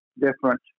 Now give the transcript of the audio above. different